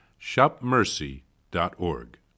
shopmercy.org